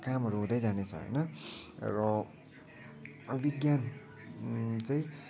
कामहरू हुँदै जानेछ होइन र विज्ञान चाहिँ